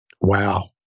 wow